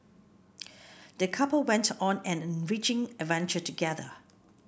the couple went on an enriching adventure together